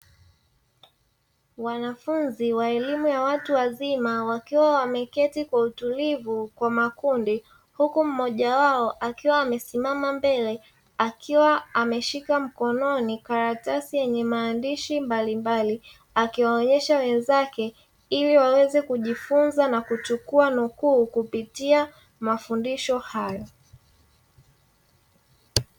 Wanafunzi wa elimu ya watu wazima wakiwa wameketi kwa utulivu kwa makundi, huku mmoja wao akiwa amesimama mbele ameshika karatasi yenye maandishi mbalimbali, akionyesha wenzake ili waweze kujifunza na kuchukua nukuu kupitia mafundisho hayo.